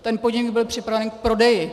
Ten podnik byl připraven k prodeji.